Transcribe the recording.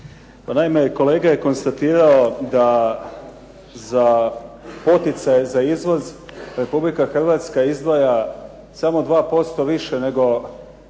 naime, kolega je konstatirao da za poticaje za izvoz Republika Hrvatska izdvaja samo 2% više nego